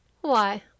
Why